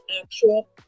actual